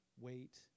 wait